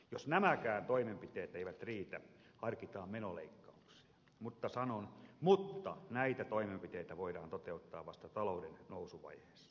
jos nämäkään toimenpiteet eivät riitä harkitaan menoleikkauksia mutta näitä toimenpiteitä voidaan toteuttaa vasta talouden nousuvaiheessa